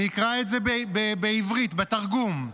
אני אקרא את זה בעברית, בתרגום.